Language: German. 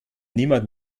niemand